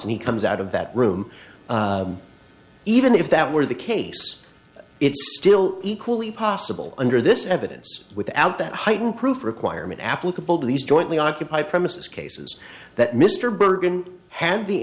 and he comes out of that room even if that were the case it's still equally possible under this evidence without that heightened proof requirement applicable to these jointly occupy premises cases that mr bergen ha